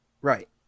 Right